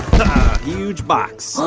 huge box whoa.